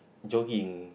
jogging